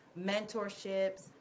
mentorships